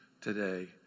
today